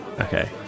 Okay